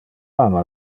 ama